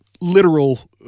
literal